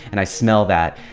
and i smell that.